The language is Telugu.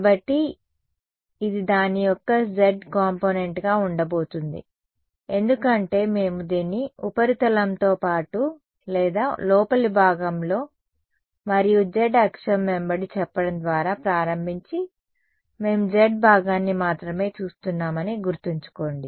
కాబట్టి ఇది దాని యొక్క z కాంపోనెంట్గా ఉండబోతోంది ఎందుకంటే మేము దీన్ని ఉపరితలంతో పాటు లేదా లోపలి భాగంలో మరియు z అక్షం వెంబడి చెప్పడం ద్వారా ప్రారంభించి మేము z భాగాన్ని మాత్రమే చూస్తున్నామని గుర్తుంచుకోండి